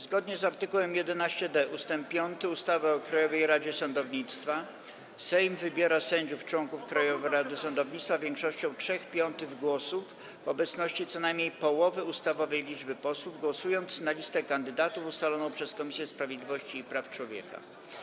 Zgodnie z art. 11d ust. 5 ustawy o Krajowej Radzie Sądownictwa Sejm wybiera sędziów członków Krajowej Rady Sądownictwa większością 3/5 głosów w obecności co najmniej połowy ustawowej liczby posłów, głosując na listę kandydatów ustaloną przez Komisję Sprawiedliwości i Praw Człowieka.